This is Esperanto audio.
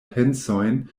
pensojn